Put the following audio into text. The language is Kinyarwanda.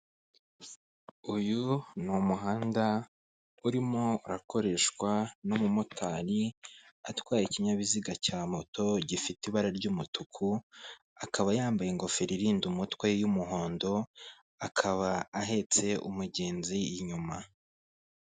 Uyu ni umuhanda urimo urakoreshwa n'umumotari atwaye ikinyabiziga cya moto gifite ibara ry'umutuku, akaba yambaye ingofero irinda umutwe y'umuhondo; akaba ahetse umugenzi inyuma .